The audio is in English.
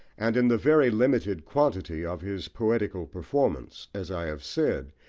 and in the very limited quantity of his poetical performance, as i have said,